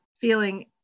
feeling